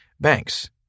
Banks